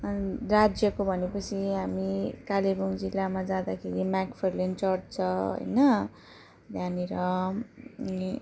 अनि राज्यको भने पछि हामी कालेबुङ जिल्लामा जाँदाखेरि म्याकफार्लेन चर्च छ होइन त्यहाँनिर अनि